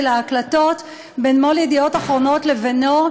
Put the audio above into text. ההקלטות בין מו"ל "ידיעות אחרונות" לבינו,